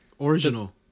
Original